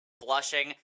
blushing